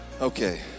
Okay